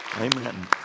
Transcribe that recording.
amen